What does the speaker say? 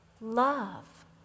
love